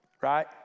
right